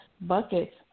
Buckets